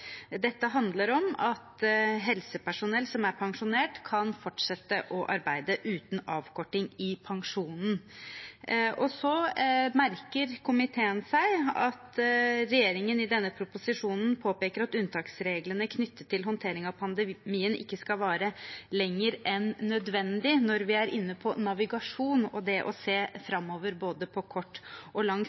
Dette handler om at helsepersonell som er pensjonert, kan fortsette å arbeide uten avkorting i pensjonen. Komiteen merker seg at regjeringen i denne proposisjonen påpeker at unntaksreglene knyttet til håndtering av pandemien ikke skal vare lenger enn nødvendig – når vi er inne på navigasjon og det å se framover på både kort og